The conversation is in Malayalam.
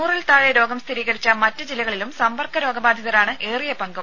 നൂറിൽ താഴെ രോഗം സ്ഥിരീകരിച്ച മറ്റു ജില്ലകളിലും സമ്പർക്ക രോഗബാധിതരാണ് ഏറിയ പങ്കും